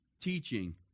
teaching